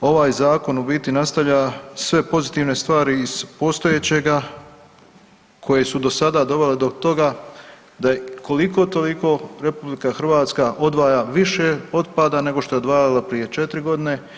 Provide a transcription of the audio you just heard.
ovaj zakon u biti nastavlja sve pozitivne stvari iz postojećega koje su do sada dovele do toga da je koliko toliko RH odvaja više otpada nego što je odvajala prije četiri godine.